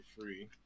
free